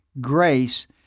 grace